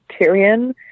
Tyrion